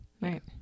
Right